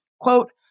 quote